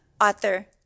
Author